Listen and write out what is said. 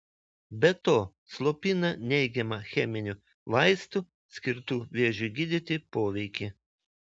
be to slopina neigiamą cheminių vaistų skirtų vėžiui gydyti poveikį